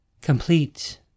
Complete